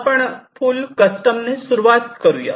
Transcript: आपण फुल कस्टमने सुरुवात करुया